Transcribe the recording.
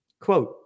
Quote